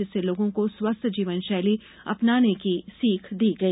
जिससें लोगों को स्वस्थ जीवन शैली अपनाने की सीख दी गई